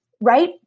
right